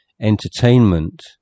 entertainment